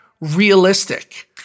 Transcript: realistic